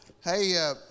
Hey